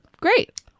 Great